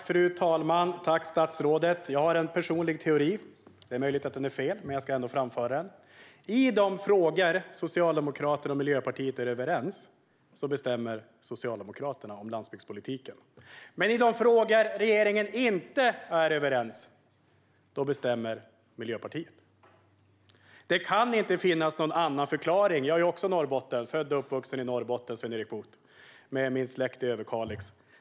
Fru talman! Jag tackar statsrådet för detta. Jag har en personlig teori. Det är möjligt att den är fel, men jag ska ändå framföra den. I de frågor som gäller landsbygdspolitiken där Socialdemokraterna och Miljöpartiet är överens bestämmer Socialdemokraterna. Men i de frågor där regeringen inte är överens bestämmer Miljöpartiet. Det kan inte finnas någon annan förklaring. Jag är också född och uppvuxen i Norrbotten, Sven-Erik Bucht, och har min släkt i Överkalix.